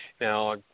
Now